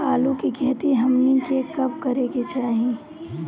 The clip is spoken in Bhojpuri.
आलू की खेती हमनी के कब करें के चाही?